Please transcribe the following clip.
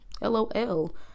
LOL